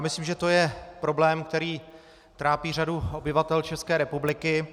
Myslím, že to je problém, který trápí řadu obyvatel České republiky.